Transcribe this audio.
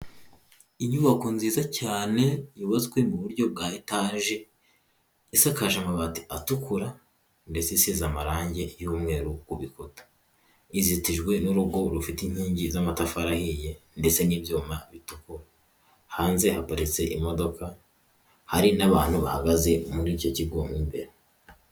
Inyubako nziza cyane yubatswe ku buryo bwa etaje yasakaje amabati atukura ndetse isize amarangi y'umweru ku bikuta, izitijwe n'urugo rufite inkingi z'amatafari ahiye ndetse n'ibyuma bitukura, hanze haparitse imodoka hari n'abantu bahagaze muri icyo kigo mo imbere.